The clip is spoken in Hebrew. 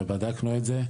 ובדקנו את זה,